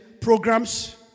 programs